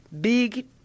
big